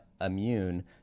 immune